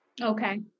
Okay